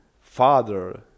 father